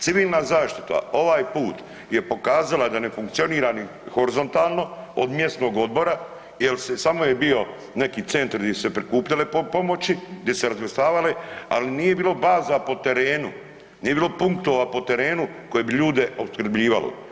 Civilna zaštita ovaj put je pokazala da ne funkcionira ni horizontalno od mjesnog odbora jer samo je bio neki centri gdje su se prikupljale pomoći, gdje su se razvrstavale ali nije bilo baza po terenu, nije bilo punktova po terenu koje bi ljude opskrbljivalo.